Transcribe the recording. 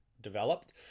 developed